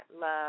love